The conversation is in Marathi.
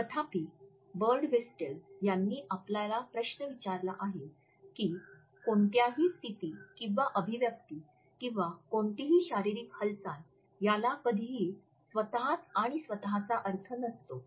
तथापि बर्डव्हिस्टेल यांनी आपल्याला प्रश्न विचारला आहे की "कोणतीही स्थिती किंवा अभिव्यक्ती किंवा कोणतीही शारीरिक हालचाल याला कधीही स्वतःत आणि स्वतःचा अर्थ नसतो"